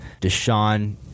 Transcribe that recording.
Deshaun